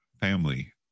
family